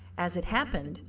as it happened,